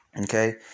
Okay